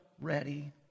ready